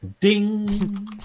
Ding